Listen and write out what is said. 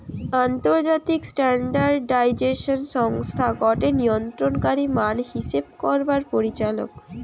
আন্তর্জাতিক স্ট্যান্ডার্ডাইজেশন সংস্থা গটে নিয়ন্ত্রণকারী মান হিসেব করবার পরিচালক